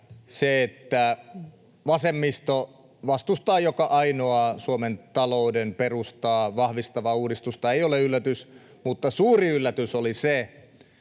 Se, että vasemmisto vastustaa joka ainoaa Suomen talouden perustaa vahvistavaa uudistusta, ei ole yllätys, mutta suuri yllätys oli se,